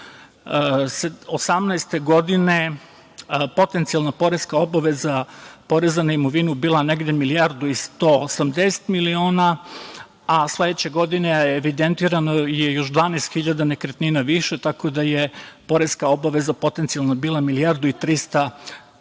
2018. godine potencijalna poreska obaveza poreza na imovinu bila negde milijardu i 180 miliona, a sledeće godine je evidentirano još 12.000 nekretnina više, tako da je poreska obaveza potencijalno bila milijardu i 370 miliona. Naravno,